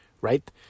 right